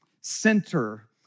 center